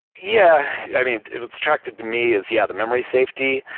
yeah. i mean, what's attractive to me is, yeah, the memory safety.